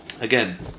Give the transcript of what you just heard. again